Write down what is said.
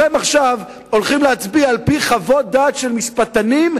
כולכם עכשיו הולכים להצביע על-פי חוות דעת של משפטנים,